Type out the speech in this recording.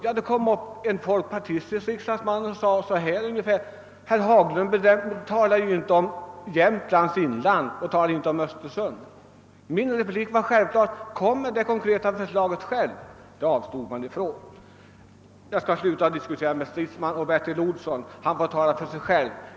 Jo, en folkpartistisk riksdagsman sade ungefär följande: Herr Haglund talar ju inte om Jämtlands inland och han talar inte om Östersund. Min replik var naturligtvis: Kom med det konkreta förslaget själv! Det avstod man ifrån. Jag skall sluta med att diskutera med herr Stridsman, och Bertil Olsson får tala för sig själv.